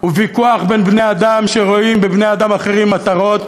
הוא ויכוח בין בני-אדם שרואים בבני-אדם אחרים מטרות,